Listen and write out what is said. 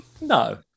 No